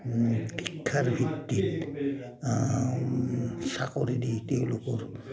শিক্ষাৰ ভিত্তিত চাকৰি দি তেওঁলোকৰ